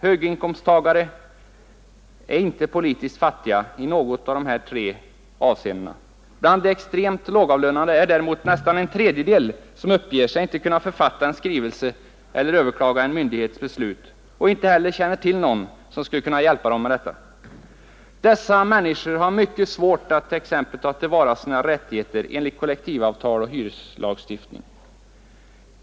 Höginkomsttagare är inte politiskt fattiga i något av de tre här angivna avseendena. Bland de extremt lågavlönade är det däremot nästan en tredjedel som uppges inte kunna författa en skrivelse och överklaga en myndighets beslut och inte heller känner till någon som skulle kunna hjälpa till med detta. Dessa människor har mycket svårt att t.ex. ta till vara sina rättigheter enligt kollektivavtal och hyreslagstiftning.